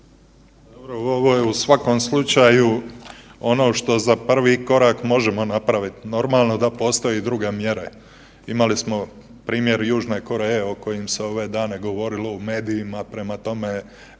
u svakom slučaju ono što za prvi korak možemo napraviti. Normalno da postoje i druge mjere, imali smo primjer Južne Koreje o kojim se ove dane govorilo u medijima, prema tome